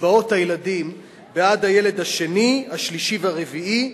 לקצבאות הילדים בעד הילד השני, השלישי והרביעי,